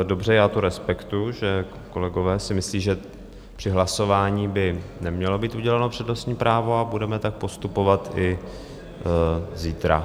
Dobře, já to respektuji, že kolegové si myslí, že při hlasování by nemělo být uděleno přednostní právo, a budeme tak postupovat i zítra.